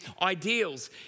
ideals